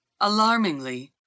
Alarmingly